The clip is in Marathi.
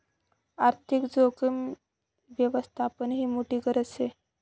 आर्थिक जोखीम यवस्थापननी मोठी गरज शे